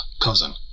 cousin